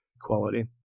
quality